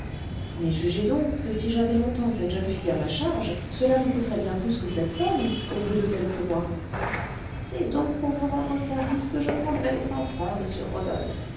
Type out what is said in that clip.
mais jugez donc que si j'avais longtemps cette jeune fille à ma charge cela me coûterait bien plus que cette somme au bout de quelques mois c'est donc pour vous rendre service que je prendrai les cent francs monsieur rodolphe